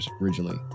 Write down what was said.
originally